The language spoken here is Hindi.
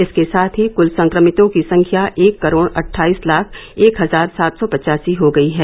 इसके साथ ही कुल संक्रमितों की संख्या एक करोड अट्ठाईस लाख एक हजार सात सौ पचासी हो गई है